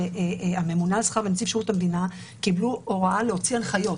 הממונה על השכר ונציב שירות המדינה קיבלו הוראה להוציא הנחיות.